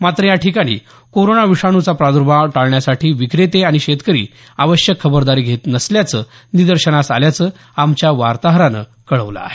मात्र याठिकाणी कोरोना विषाणूचा प्रादुर्भाव टाळण्यासाठी विक्रेते आणि शेतकरी आवश्यक खबरदारी घेत नसल्याचं निदर्शनास आल्याचं आमच्या वार्ताहरानं कळवलं आहे